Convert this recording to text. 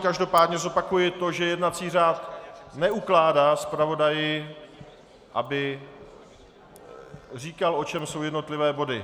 Každopádně zopakuji to, že jednací řád neukládá zpravodaji, aby říkal, o čem jsou jednotlivé body.